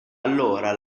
allora